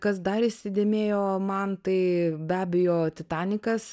kas dar įsidėmėjo man tai be abejo titanikas